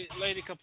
Lady